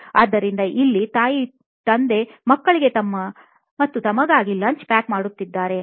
ಆದ್ದರಿಂದ ಇಲ್ಲಿ ತಾಯಿ ಮತ್ತು ತಂದೆ ಮಕ್ಕಳಿಗೆ ಮತ್ತು ತಮಗಾಗಿ ಲಂಚ್ ಪ್ಯಾಕ್ ಮಾಡುತ್ತಾರೆ